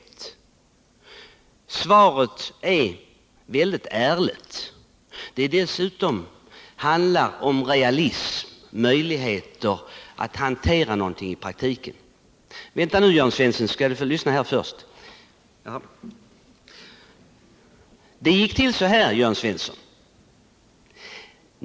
Mitt svar är väldigt ärligt; det handlar dessutom om de realistiska möjligheterna att hantera de här frågorna i praktiken.